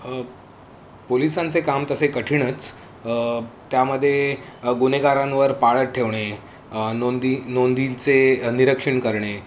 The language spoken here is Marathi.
पोलिसांचे काम तसे कठीणच त्यामदे गुनेगारांवर पाळ ठेवणे नोंदी नोंदींचे निरक्षण करणे